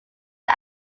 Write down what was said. his